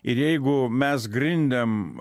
ir jeigu mes grindėm